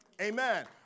Amen